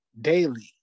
daily